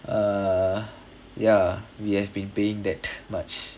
err ya we have been paying that much